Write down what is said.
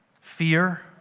fear